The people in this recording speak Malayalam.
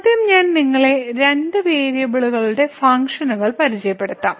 ആദ്യം ഞാൻ നിങ്ങളെ രണ്ട് വേരിയബിളുകളുടെ ഫംഗ്ഷനുകൾ പരിചയപ്പെടുത്താം